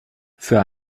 für